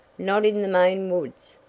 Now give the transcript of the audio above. not in the maine woods!